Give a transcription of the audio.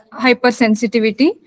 hypersensitivity